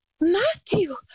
Matthew